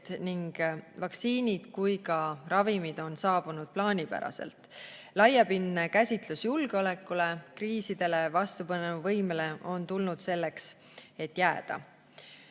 nii vaktsiinid kui ka ravimid on saabunud plaanipäraselt. Laiapindne käsitus julgeolekust ja kriisidele vastupanu võimest on tulnud selleks, et